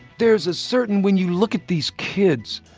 there's a certain when you look at these kids,